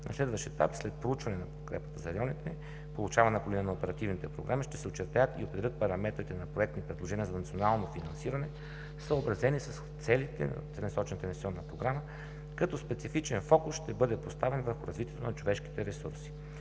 На следващ етап, след проучване на подкрепата за районите, получавана по линия на оперативните програми, ще се очертаят и определят параметрите на проектни предложения за национално финансиране, съобразени с целите на Целенасочената инвестиционна програма, като специфичен фокус ще бъде поставен върху развитието на човешките ресурси.